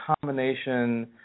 combination